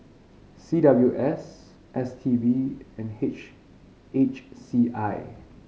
C W S S T B and H H C I